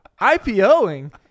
IPOing